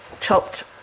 chopped